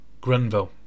Grenville